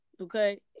Okay